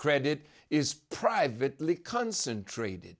credit is privately concentrated